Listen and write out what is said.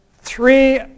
three